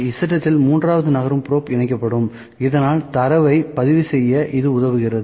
Z அச்சில் மூன்றாவது நகரும் ப்ரோப் இணைக்கப்படும் இதனால் தரவைப் பதிவு செய்ய இது உதவுகிறது